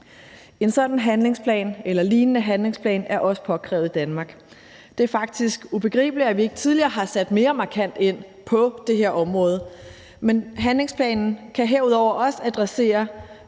eller lignende handlingsplan er også påkrævet i Danmark. Det er faktisk ubegribeligt, at vi ikke tidligere har sat mere markant ind på det her område, men handlingsplanen kan herudover også have et